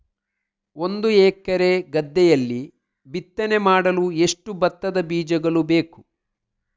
ಒಂದು ಎಕರೆ ಗದ್ದೆಯಲ್ಲಿ ಬಿತ್ತನೆ ಮಾಡಲು ಎಷ್ಟು ಭತ್ತದ ಬೀಜಗಳು ಬೇಕು?